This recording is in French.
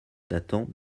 datant